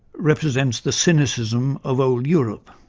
represents the cynicism of old europe.